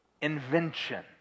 invention